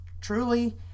Truly